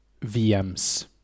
VMs